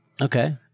Okay